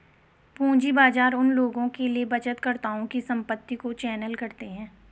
पूंजी बाजार उन लोगों के लिए बचतकर्ताओं की संपत्ति को चैनल करते हैं